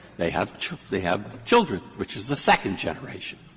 they have they have children, which is the second generation.